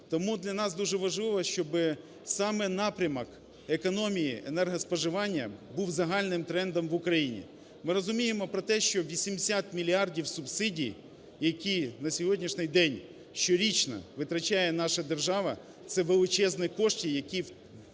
Тому для нас дуже важливо, щоби саме напрямок економії енергоспоживання був загальним трендом в Україні. Ми розуміємо про те, що 80 мільярдів субсидій, які на сьогоднішній день щорічно витрачає наша держава? – це величезні кошти, які витрачаються